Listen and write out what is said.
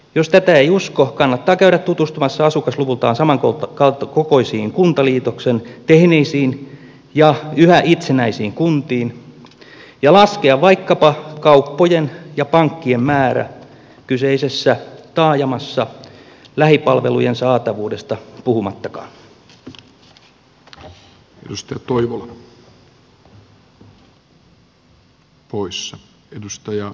jos tätä ei usko kannattaa käydä tutustumassa asukasluvultaan samankokoisiin kuntaliitoksen tehneisiin ja yhä itsenäisiin kuntiin ja laskea vaikkapa kauppojen ja pankkien määrä kyseisessä taajamassa lähipalvelujen saatavuudesta puhumattakaan